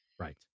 Right